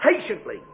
patiently